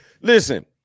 Listen